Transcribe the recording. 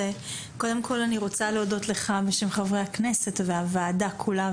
אז קודם כל אני רוצה להודות לך בשם חברי הכנסת והוועדה כולה,